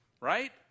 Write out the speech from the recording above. right